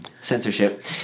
censorship